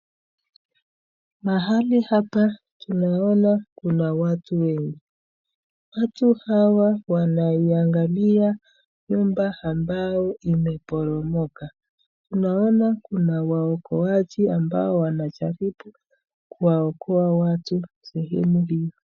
Mahali hapa ninaona kuna watu wengi .Watu hawa wanaiangalia nyumba ambayo imepotomoka. Tunaona kuna waokoaji ambao wanajaribu kuokoa watu sehemu hii.